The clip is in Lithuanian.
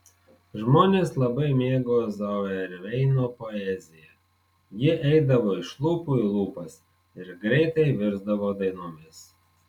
žmonės labai mėgo zauerveino poeziją ji eidavo iš lūpų į lūpas ir greitai virsdavo dainomis